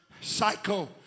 psycho